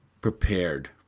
prepared